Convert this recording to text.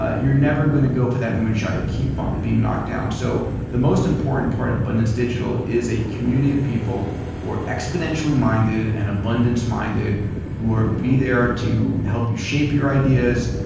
you're never going to go for that moonshot you'll keep on being knocked down so the most important part of abundance digital is a community of people who are exponentially minded and abundance minded who would be there to help you shape your ideas,